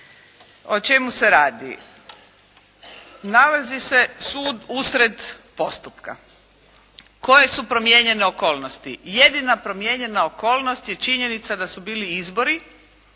O čemu se radi? Nalazi se sud usred postupka. Koje su promijenjene okolnosti? Jedina promijenjena okolnost je činjenica da su bili izbori